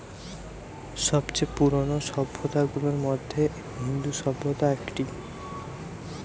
সব চেয়ে পুরানো সভ্যতা গুলার মধ্যে ইন্দু সভ্যতা একটি